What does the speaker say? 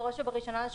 בראש ובראשונה,